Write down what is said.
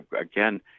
Again